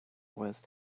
was